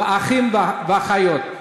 אחים ואחיות.